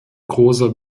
großer